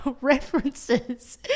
references